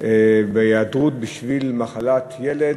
עם היעדרות בגלל מחלת ילד,